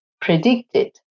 predicted